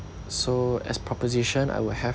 so as proposition I will have